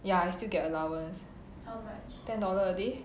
ya I still get allowance ten dollar a day